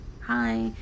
Hi